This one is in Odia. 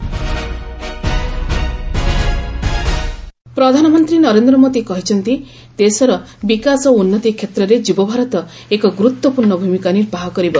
ପିଏମ୍ ମନ୍ କୀ ବାତ୍ ପ୍ରଧାନମନ୍ତ୍ରୀ ନରେନ୍ଦ୍ର ମୋଦି କହିଛନ୍ତି ଦେଶର ବିକାଶ ଓ ଉନ୍ନତି କ୍ଷେତ୍ରରେ ଯୁବଭାରତ ଏକ ଗୁରୁତ୍ୱପୂର୍ଣ୍ଣ ଭୂମିକା ନିର୍ବାହ କରିବ